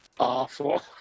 Awful